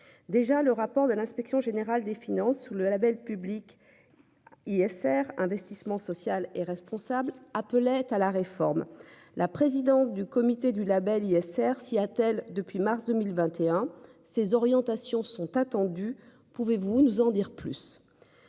déjà le rapport de l'Inspection générale des finances sous le Label public. ISR investissement social et responsable, appelait à la réforme. La présidente du comité du Label ISR s'y attelle depuis mars 2021, ces orientations sont attendus. Pouvez-vous nous en dire plus.